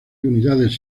unidades